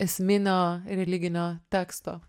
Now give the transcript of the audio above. esminio religinio teksto